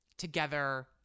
Together